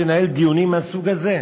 לנהל דיונים מהסוג הזה.